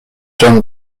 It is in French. john